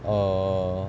err